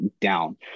down